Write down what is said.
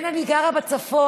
כן, אני גרה בצפון.